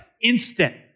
instant